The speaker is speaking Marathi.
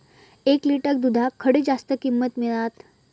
एक लिटर दूधाक खडे जास्त किंमत मिळात?